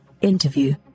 Interview